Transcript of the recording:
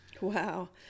Wow